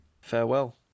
Farewell